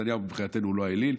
נתניהו מבחינתנו הוא לא האליל.